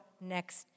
next